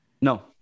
No